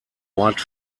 ort